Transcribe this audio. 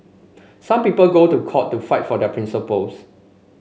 some people go to court to fight for their principles